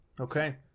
Okay